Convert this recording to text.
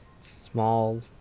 small